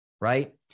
right